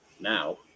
now